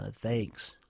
thanks